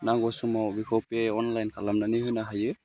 नांगौ समाव बेखौ बे अनलाइन खालामनानै होनो हायो